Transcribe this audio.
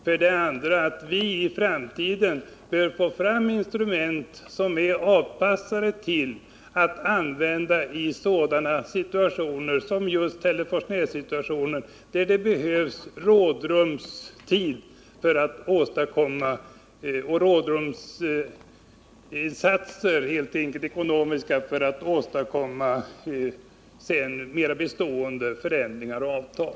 För det andra bör vi i framtiden söka skapa instrument, som är anpassade till att användas i sådana situationer som just Hälleforsnässituationen, där det krävs ekonomiska insatser för att ge rådrum så att man sedan kan åstadkomma mer bestående förändringar och avtal.